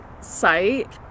site